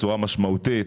בצורה משמעותית,